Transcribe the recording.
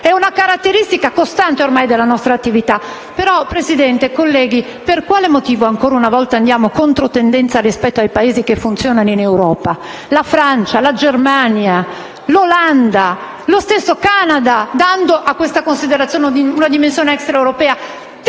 è una caratteristica costante ormai della nostra attività. Però, signora Presidente, colleghi, per quale motivo ancora una volta andiamo controtendenza rispetto ai Paesi che funzionano in Europa? La Francia, la Germania, l'Olanda, ma anche il Canada (dando a questa considerazione una dimensione extraeuropea), tengono